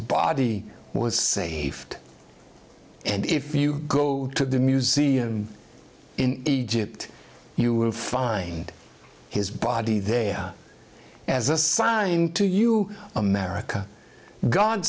body was saved and if you go to the museum in egypt you will find his body there as a sign to you america go